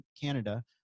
Canada